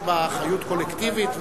יש בה אחריות קולקטיבית,